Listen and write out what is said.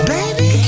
Baby